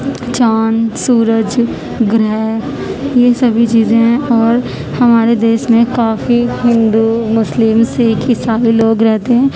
چاند سورج گرہ یہ سبھی چیزیں ہیں اور ہمارے دیش میں کافی ہندو مسلم سکھ عیسائی لوگ رہتے ہیں